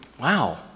wow